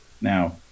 now